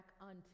unto